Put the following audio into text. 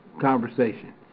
conversation